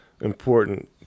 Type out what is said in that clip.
important